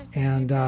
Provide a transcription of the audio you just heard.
and,